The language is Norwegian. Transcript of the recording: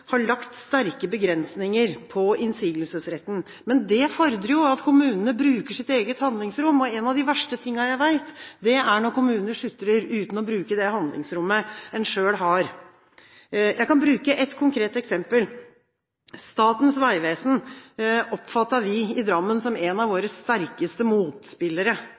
har lagt sterke begrensninger på innsigelsesretten. Men det fordrer jo at kommunene bruker sitt eget handlingsrom. Noe av det verste jeg vet, er når kommuner sutrer uten å bruke det handlingsrommet de selv har. Jeg kan bruke et konkret eksempel: Vi i Drammen oppfattet Statens vegvesen som en av våre sterkeste motspillere,